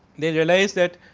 they realize at